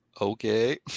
okay